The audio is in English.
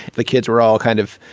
the kids were all kind of,